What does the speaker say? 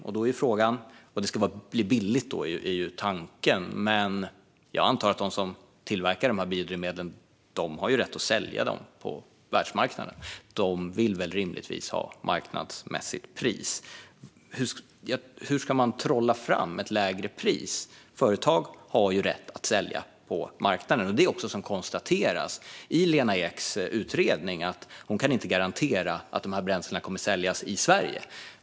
Tanken är att det ska bli billigt, men jag antar att de som tillverkar biodrivmedel har rätt att sälja dem på världsmarknaden. De vill väl rimligtvis ha ett marknadsmässigt pris. Hur ska man trolla fram ett lägre pris? Företag har ju rätt att sälja på marknaden. Det är också vad Lena Ek konstaterar i sin utredning. Hon kan inte garantera att de här bränslena kommer att säljas i Sverige.